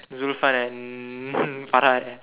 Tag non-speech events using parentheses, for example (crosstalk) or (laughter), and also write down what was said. Zulfan and (laughs) Farah eh